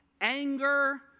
anger